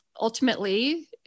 ultimately